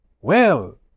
Well